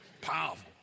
Powerful